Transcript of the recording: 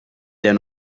der